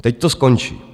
Teď to skončí.